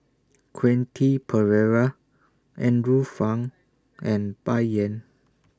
Quentin Pereira Andrew Phang and Bai Yan